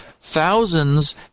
thousands